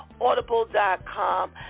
Audible.com